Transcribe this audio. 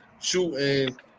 shooting